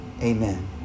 amen